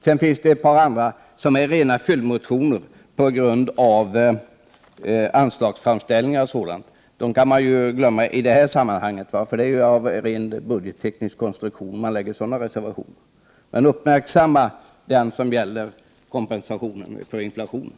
Sedan finns det ett par andra som är rena följdreservationer med anledning av anslagsframställningar. Dem kan man glömma i det här sammanhanget, för de har ju tillkommit på grund av den budgettekniska konstruktion som vi har att arbeta med. Men uppmärksamma den som gäller kompensationen för inflationen!